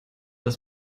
das